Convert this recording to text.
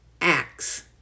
acts